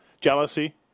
Jealousy